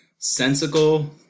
Sensical